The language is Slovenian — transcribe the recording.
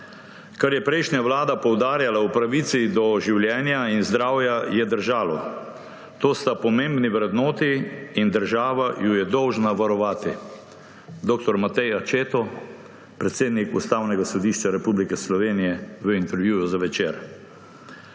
»Kar je prejšnja vlada poudarjala o pravici do življenja in zdravja, je držalo. To sta pomembni vrednoti in država ju je dolžna varovati.« Dr. Matej Accetto, predsednik Ustavnega sodišča Republike Slovenije v intervjuju za Večer.